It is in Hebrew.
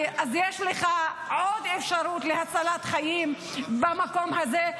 אז יש לך עוד אפשרות להצלת חיים במקום הזה,